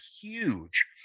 huge